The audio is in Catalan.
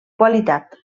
qualitat